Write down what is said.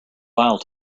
while